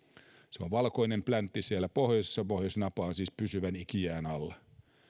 se on valkoinen pläntti siellä pohjoisessa pohjoisnapa on siis pysyvän ikijään alla